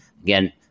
again